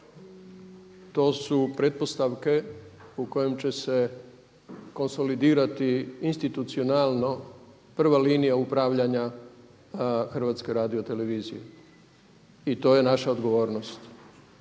To su pretpostavke u kojim će se konsolidirati institucionalno prva linija HRT-a i to je naša odgovornost.